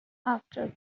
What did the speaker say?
after